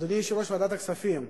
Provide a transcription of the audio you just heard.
אדוני יושב-ראש ועדת הכספים,